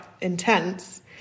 intense